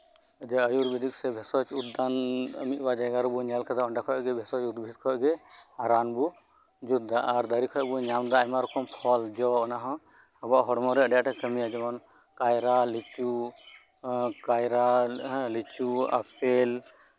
ᱟᱭᱩᱨ ᱵᱮᱫᱤᱠ ᱥᱮ ᱵᱷᱮᱥᱚᱡᱽ ᱩᱫᱽᱫᱟᱱ ᱢᱤᱫ ᱵᱟᱨ ᱡᱟᱭᱜᱟ ᱨᱮᱵᱚᱱ ᱧᱮᱞ ᱟᱠᱟᱫᱟ ᱚᱸᱰᱮ ᱠᱷᱚᱱᱜᱮ ᱵᱷᱮᱥᱚᱡᱚ ᱩᱫᱽᱵᱷᱤᱫ ᱠᱷᱚᱱᱜᱮ ᱨᱟᱱ ᱵᱚᱱ ᱡᱩᱛ ᱮᱫᱟ ᱟᱨ ᱫᱟᱨᱮ ᱠᱷᱚᱱ ᱵᱚᱱ ᱧᱟᱢ ᱮᱫᱟ ᱟᱭᱢᱟ ᱨᱚᱠᱚᱢ ᱯᱷᱚᱞ ᱡᱚ ᱚᱱᱟᱦᱚᱸ ᱟᱵᱚᱣᱟᱜ ᱦᱚᱲᱢᱚᱨᱮ ᱟᱸᱰᱤ ᱟᱸᱴᱮ ᱠᱟᱹᱢᱤᱭᱟ ᱡᱮᱢᱚᱱ ᱠᱟᱭᱨᱟ ᱞᱤᱪᱩ ᱠᱟᱭᱨᱟ ᱞᱤᱪᱩ ᱟᱯᱷᱮᱞ